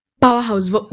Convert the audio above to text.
powerhouse